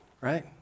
right